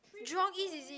Jurong-East is it